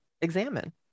examine